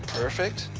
perfect.